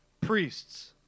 priests